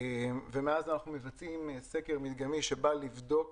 מאז אנחנו מבצעים סקר מדגמי שבא לבדוק